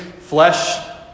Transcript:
Flesh